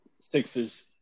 Sixers